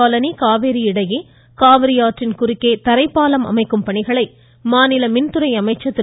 colony Kaveri இடையே காவிரியாற்றின் குறுக்கே தரைப்பாலம் அமைக்கும் பணியை மாநில மின்துறை அமைச்சர் திரு